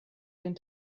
den